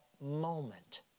moment